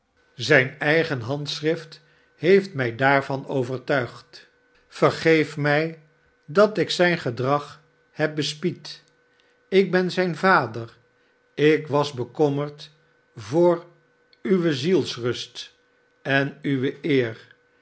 verrast eigen handschrift heeft mij daarvan overtuigd vergeef mij dat ik zijn gedrag heb bespied ik ben zijn vader ik was bekommerd voor uwe zielsrust en uwe eer